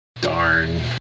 darn